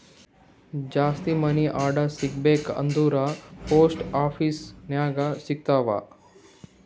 ಜಾಸ್ತಿ money order ಈಗ ಸಿಗಬೇಕ ಅಂದುರ್ ಪೋಸ್ಟ್ ಆಫೀಸ್ ನಾಗೆ ಸಿಗ್ತಾವ್